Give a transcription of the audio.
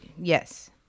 yes